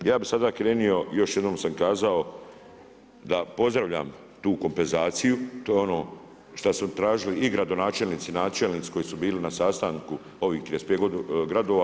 Ja bih sada krenuo, još jednom sam kazao da pozdravljam tu kompenzaciju, to je ono što su tražili i gradonačelnici, načelnici koji su bili na sastanku u ovih 35 gradova.